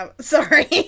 Sorry